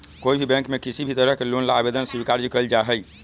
कोई भी बैंक में किसी भी तरह के लोन ला आवेदन स्वीकार्य कइल जाहई